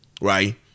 right